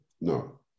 no